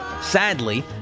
Sadly